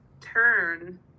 turn